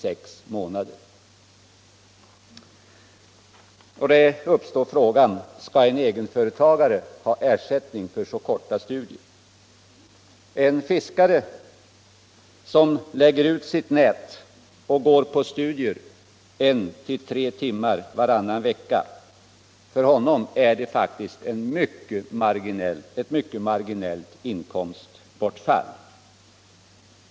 Här uppstår frågan: Skall en egenföretagare ha ersättning för så korta studier? För t.ex. en fiskare som lägger ut sina nät och sedan går på kurs 1-3 timmar varannan vecka är det faktiskt ett mycket marginellt inkomstbortfall.